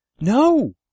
no